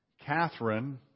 Catherine